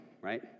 right